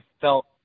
felt